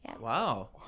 Wow